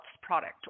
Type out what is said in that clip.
product